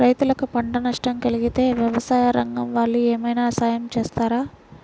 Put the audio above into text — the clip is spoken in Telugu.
రైతులకు పంట నష్టం కలిగితే వ్యవసాయ రంగం వాళ్ళు ఏమైనా సహాయం చేస్తారా?